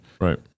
Right